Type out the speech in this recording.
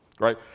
Right